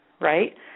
right